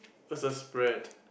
versus spread